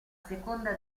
seconda